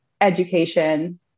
education